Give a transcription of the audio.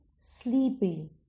sleepy